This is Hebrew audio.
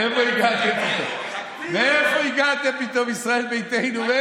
מאיפה הגעתם פתאום, ישראל ביתנו?